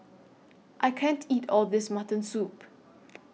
I can't eat All of This Mutton Soup